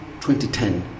2010